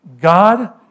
God